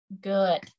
Good